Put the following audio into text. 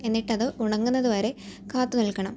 എന്നിട്ട് അത് ഉണങ്ങുന്നതു വരെ കാത്തു നിൽക്കണം